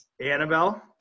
Annabelle